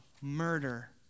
murder